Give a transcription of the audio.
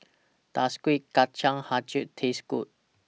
Does Kueh Kacang Hijau Taste Good